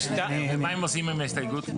ומה הם עושים עם ההסתייגות?